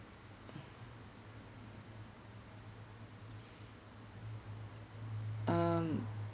um